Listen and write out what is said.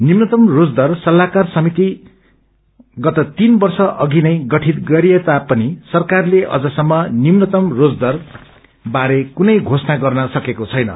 निम्नतम् रोज दर सल्लाइकार समिति गत तीन वर्ष अघिनै गठित गरिएता पनि सरकारले अझ सम्म निम्नतम रोजदर बारे कुनै घोषणा गर्न सकेको छैन